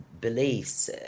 beliefs